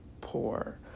poor